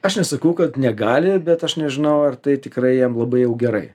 aš nesakau kad negali bet aš nežinau ar tai tikrai jam labai jau gerai